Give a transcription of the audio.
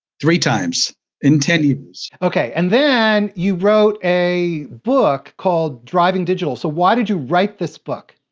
three times in ten years. okay, and then you wrote a book called driving digital, so why did you write this book?